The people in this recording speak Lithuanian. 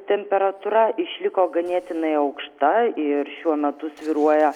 temperatūra išliko ganėtinai aukšta ir šiuo metu svyruoja